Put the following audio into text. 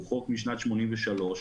הוא חוק משנת 83'